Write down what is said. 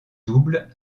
double